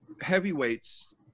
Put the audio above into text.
heavyweights